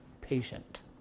patient